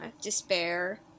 despair